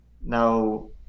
now